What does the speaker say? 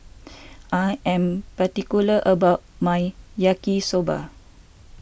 I am particular about my Yaki Soba